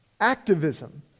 Activism